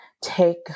take